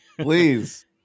please